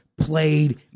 played